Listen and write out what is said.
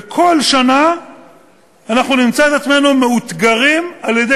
ובכל שנה נמצא את עצמנו מאותגרים על-ידי